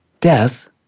death